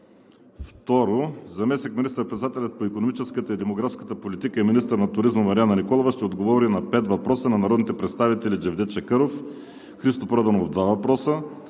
2. Заместник-министър председателят по икономическата и демографската политика и министър на туризма Марияна Николова ще отговори на пет въпроса на народните представители Джевдет Чакъров; Христо Проданов – два въпроса;